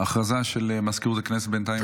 הודעה של מזכירות הכנסת, בינתיים, עד שתגיע.